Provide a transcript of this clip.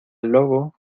lobo